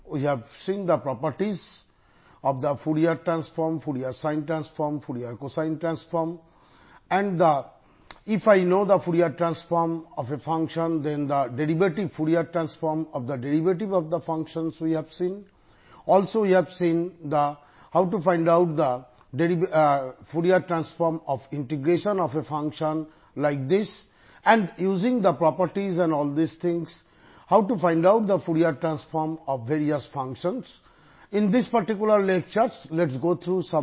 மேலும் நாம் இந்தப் ப்ராப்பர்ட்டிகளின் எவ்வாறு கண்டுபிடிப்பது என்பதைப் பற்றியும் பார்க்கப் போகிறோம்